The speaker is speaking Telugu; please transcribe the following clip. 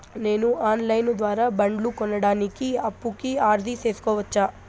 నేను ఆన్ లైను ద్వారా బండ్లు కొనడానికి అప్పుకి అర్జీ సేసుకోవచ్చా?